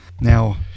Now